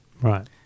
Right